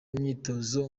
imyitozo